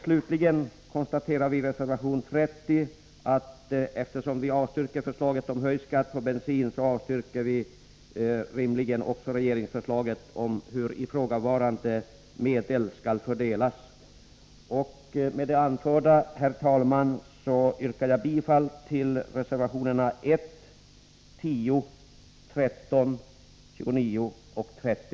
Slutligen konstaterar vi i reservation 30 att eftersom vi avstyrker förslaget om höjd skatt på bensin, avstyrker vi rimligen också regeringsförslaget om hur ifrågavarande medel skall fördelas. Med det anförda, herr talman, yrkar jag bifall till reservationerna 1, 10, 13, 29 och 30.